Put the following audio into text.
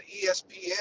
ESPN